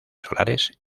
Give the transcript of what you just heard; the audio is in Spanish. solares